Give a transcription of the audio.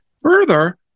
Further